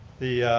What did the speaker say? the.